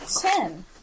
ten